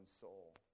soul